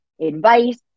advice